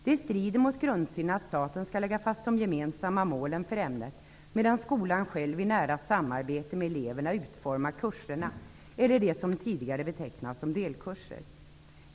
Det strider mot grundsynen att staten skall lägga fast de gemensamma målen för ämnet, medan skolan själv i nära samarbete med eleverna utformar kurserna eller det som tidigare betecknats som delkurser.